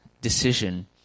decision